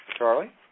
Charlie